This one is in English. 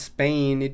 Spain